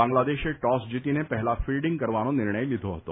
બાંગ્લાદેશે ટોસ જીતીને પહેલા ફીલ્ડીંગ કરવાનો નિર્ણય લીધો હતો